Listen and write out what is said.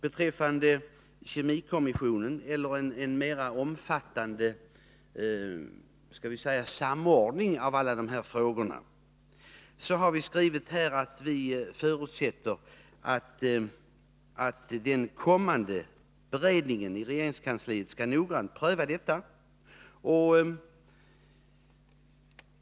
Beträffande en mera omfattande samordning av alla de här frågorna har vi skrivit att vi förutsätter att den kommande beredningen i regeringskansliet skall noggrant pröva saken.